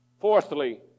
Fourthly